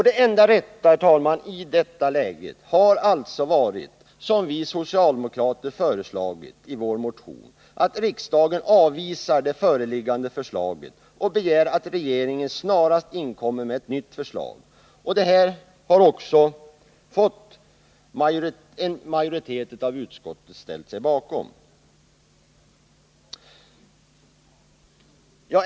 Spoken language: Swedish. Det enda rätta i detta läge är alltså, som vi socialdemokrater föreslår i vår motion, att riksdagen avvisar det föreliggande förslaget och begär att regeringen snarast inkommer med ett nytt förslag. Detta vårt förslag har också en majoritet i utskottet ställt sig bakom.